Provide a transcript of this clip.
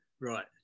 right